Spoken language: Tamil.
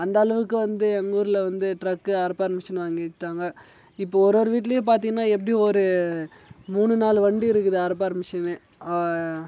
அந்தளவுக்கு வந்து எங்கள் ஊரில் வந்து ட்ரக் அறுப்பார் மிஷின்னு வாங்கிட்டாங்க இப்போ ஒரு ஒரு வீட்லையும் பார்த்திங்கன்னா எப்படியும் ஒரு மூணுநாலு வண்டி இருக்குது அறுப்பார் மிஷின்னு